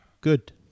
Good